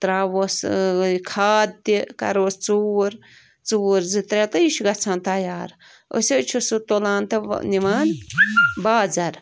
تَراہوس ٲں کھَاد تہِ کَرہوس ژوٗر ژوٗر زٕ ترٛےٚ تہِ یہِ چھُ گَژھان تیار أسۍ حظ چھِ سُہ تُلان تہٕ نِوان بازر